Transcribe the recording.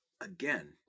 again